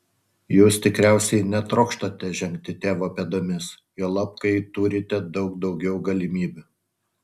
jūs tikriausiai netrokštate žengti tėvo pėdomis juolab kai turite daug daugiau galimybių